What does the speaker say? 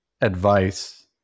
advice